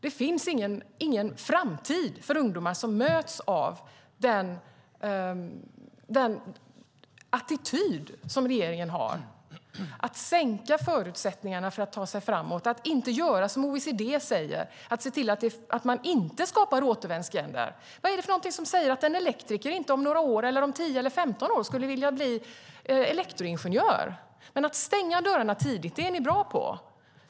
Det finns ingen framtid för ungdomar som möts av den attityd som regeringen har. Man försämrar förutsättningarna för att ta sig framåt och man gör inte som OECD säger. Det handlar om att se till att man inte skapar återvändsgränder. Vad är det för någonting som säger att en elektriker inte om några år, om 10 eller 15 år, skulle vilja bli elektroingenjör? Att stänga dörrarna tidigt är ni bra på.